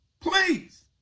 please